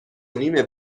نیم